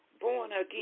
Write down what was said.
born-again